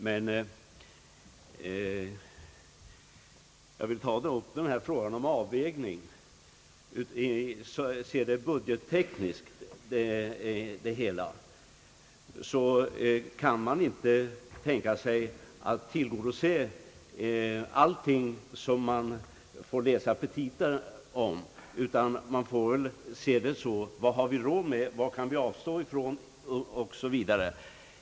Men om jag ser frågan om avvägningen mellan oli ka anslagsbehov rent budgettekniskt, så kan man ju inte tänka sig att tillgodose allting som man får läsa i petita om, utan man får söka svar på frågorna: Vad har vi råd med? Vad kan vi avstå ifrån?